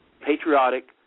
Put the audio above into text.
patriotic